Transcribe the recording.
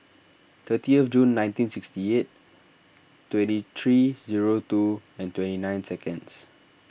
thirtieth June nineteen sixty eight twenty three zero two and twenty nine seconds